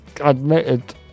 admitted